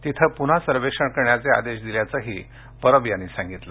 तिथं पुन्हा सर्वेक्षण करण्याचे आदेश दिल्याचही परब यांनी सांगितलं